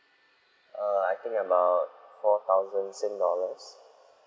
err I think about four thousand sing~ dollars